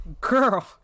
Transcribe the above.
Girl